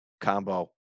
combo